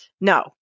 No